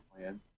plan